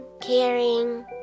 caring